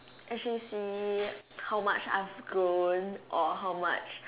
actually see how much I've grown or how much